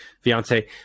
fiance